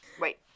Wait